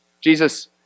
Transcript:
Jesus